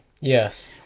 Yes